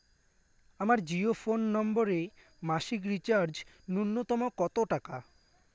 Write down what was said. আমার জিও ফোন নম্বরে মাসিক রিচার্জ নূন্যতম কত টাকা?